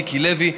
מיקי לוי,